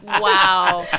wow